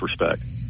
respect